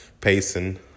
pacing